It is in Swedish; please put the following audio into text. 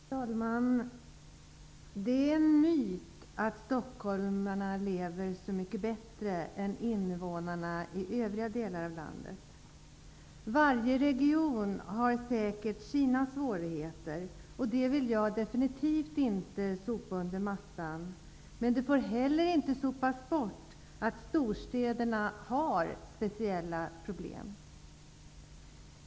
Herr talman! Det är en myt att stockholmarna lever så mycket bättre än invånarna i övriga delar av landet. Varje region har säkert sina svårigheter. Det vill jag absolut inte sopa under mattan. Men det får inte heller sopas bort att storstäderna har speciella problem.